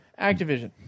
Activision